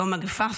לא מגפה,